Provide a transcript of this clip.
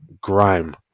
grime